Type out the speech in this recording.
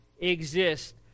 exist